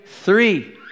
three